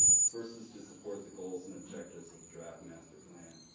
ah first, is to support the goals and objectives of the draft master plan,